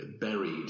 buried